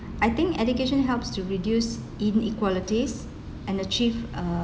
I think education helps to reduce inequalities and achieve uh